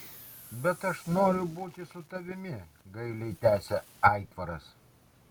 bet aš noriu būti su tavimi gailiai tęsė aitvaras